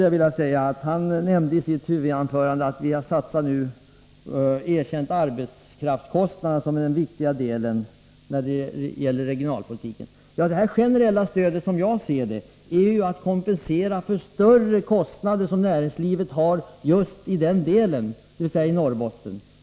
Anders Högmark nämnde i sitt huvudanförande att vi nu har erkänt arbetskraftskostnaden som den viktigaste delen när det gäller regionalpoliti Nr 50 ken. Ja — som jag ser det är det generella stödet till för att kompensera för de Fredagen den större kostnader som näringslivet har just i Norrbotten.